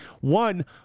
one